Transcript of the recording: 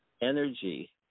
energy